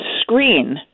screen